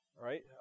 right